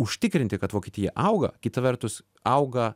užtikrinti kad vokietija auga kita vertus auga